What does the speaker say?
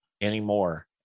anymore